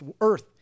earth